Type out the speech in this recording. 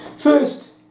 First